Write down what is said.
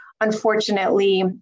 unfortunately